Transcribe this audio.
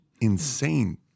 insane